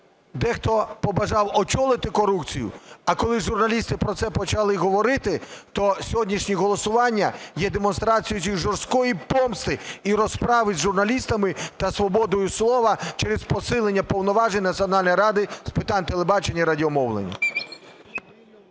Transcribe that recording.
дехто побажав очолити корупцію. А коли журналісти про це почали говорити, то сьогоднішнє голосування є демонстрацією жорсткої помсти і розправи з журналістами та свободою слова через посилення повноважень Національної ради з питань телебачення і радіомовлення.